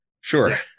Sure